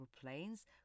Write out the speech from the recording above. planes